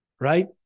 Right